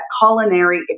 culinary